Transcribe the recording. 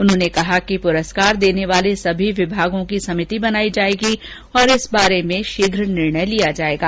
उन्होंने कहा कि पुरस्कार देने वाले सभी विभागों की समिति बनायी जाएगी और इस बारे में शीघ्र निर्णय लिया जाएगा